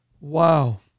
Wow